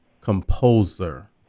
composer